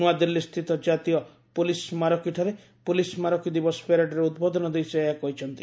ନୂଆଦିଲ୍ଲୀସ୍ଥିତ କାତୀୟ ପୋଲିସ୍ ସ୍କାରକୀଠାରେ ପୋଲିସ ସ୍କାରକୀ ଦିବସ ପ୍ୟାରେଡରେ ଉଦ୍ବୋଧନ ଦେଇ ସେ ଏହା କହିଛନ୍ତି